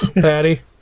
Patty